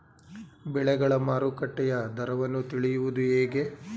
ಬೆಳೆಗಳ ಮಾರುಕಟ್ಟೆಯ ದರವನ್ನು ತಿಳಿಯುವುದು ಹೇಗೆ?